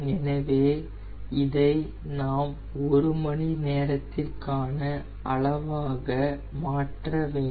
எனவே இதை நாம் ஒரு மணிநேரத்திற்காக அளவாக மாற்ற வேண்டும்